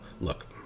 look